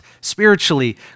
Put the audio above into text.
spiritually